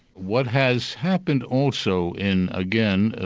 what has happened also in, again,